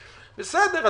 בסדר,